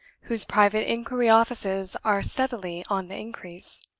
whose private inquiry offices are steadily on the increase.